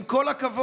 עם כל הכבוד,